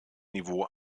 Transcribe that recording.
niveau